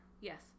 yes